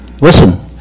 listen